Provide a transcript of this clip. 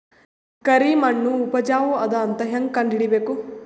ಕರಿಮಣ್ಣು ಉಪಜಾವು ಅದ ಅಂತ ಹೇಂಗ ಕಂಡುಹಿಡಿಬೇಕು?